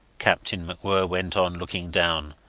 captain macwhirr went on, looking down.